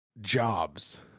Jobs